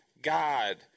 God